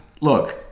look